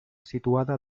situada